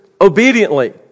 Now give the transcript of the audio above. obediently